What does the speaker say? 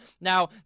Now